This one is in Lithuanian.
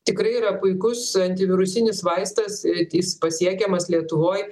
tikrai yra puikus antivirusinis vaistas jis pasiekiamas lietuvoj